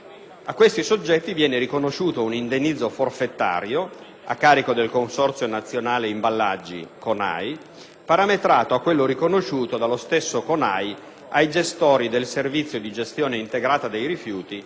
A questi soggetti viene riconosciuto un indennizzo forfetario a carico del Consorzio nazionale imballaggi (CONAI), parametrato a quello riconosciuto dallo stesso CONAI ai gestori del servizio di gestione integrata dei rifiuti,